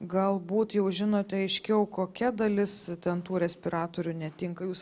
galbūt jau žinote aiškiau kokia dalis ten tų respiratorių netinka jūs